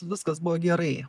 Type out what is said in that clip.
viskas buvo gerai